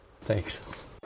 Thanks